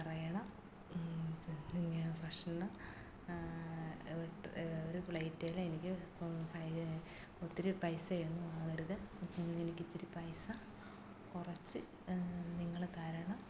പറയണം പിന്നെ ഭക്ഷണം ഒരു പ്ലേറ്റിന് എനിക്ക് ഭയങ്കര ഒത്തിരി പൈസയൊന്നും ആകരുത് പിന്നെ എനിക്ക് ഇച്ചിരി പൈസ കുറച്ച് നിങ്ങള് തരണം